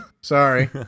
Sorry